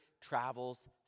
travels